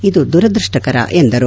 ಇದು ದುರುದೃಷ್ಟಕರ ಎಂದರು